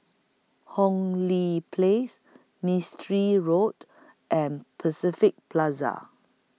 Hong Lee Place Mistri Road and Pacific Plaza